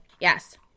yes